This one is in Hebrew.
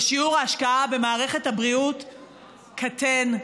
ושיעור ההשקעה במערכת הבריאות קטן,